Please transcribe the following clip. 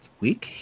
week